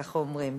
ככה אומרים.